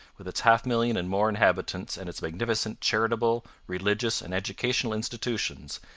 with its half-million and more inhabitants and its magnificent charitable, religious, and educational institutions,